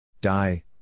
Die